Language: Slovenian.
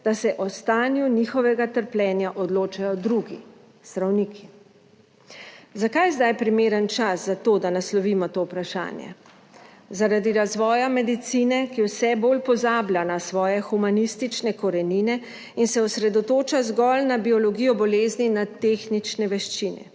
da se o stanju njihovega trpljenja odločajo drugi, zdravniki? Zakaj je zdaj primeren čas za to, da naslovimo to vprašanje? Zaradi razvoja medicine, ki vse bolj pozablja na svoje humanistične korenine in se osredotoča zgolj na biologijo bolezni, na tehnične veščine.